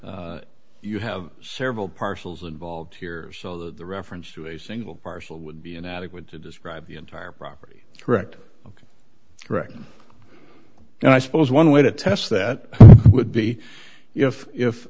that you have several parcels involved here so the reference to a single parcel would be inadequate to describe the entire property correct correct and i suppose one way to test that would be if if